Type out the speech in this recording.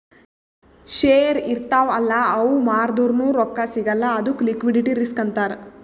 share ಇರ್ತಾವ್ ಅಲ್ಲ ಅವು ಮಾರ್ದುರ್ನು ರೊಕ್ಕಾ ಸಿಗಲ್ಲ ಅದ್ದುಕ್ ಲಿಕ್ವಿಡಿಟಿ ರಿಸ್ಕ್ ಅಂತಾರ್